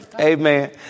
Amen